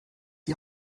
die